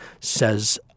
says